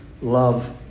Love